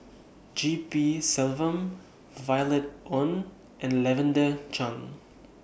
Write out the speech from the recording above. G P Selvam Violet Oon and Lavender Chang